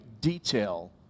detail